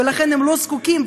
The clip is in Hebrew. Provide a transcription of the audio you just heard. ולכן הם לא זקוקים,